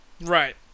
right